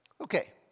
Okay